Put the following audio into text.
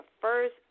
first